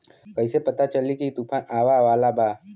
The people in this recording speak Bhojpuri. कइसे पता चली की तूफान आवा वाला बा?